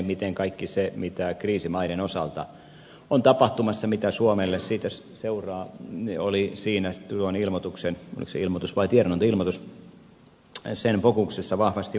mitä siitä kaikesta mitä kriisimaiden osalta on tapahtumassa suomelle seuraa se oli tuon olikos se ilmoitus vai tiedonanto ilmoituksen fokuksessa vahvasti mukana